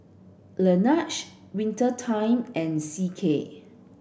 Laneige Winter Time and C K